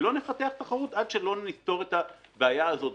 ולא נפתח תחרות עד שלא נפתור את הבעיה הזאת.